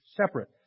separate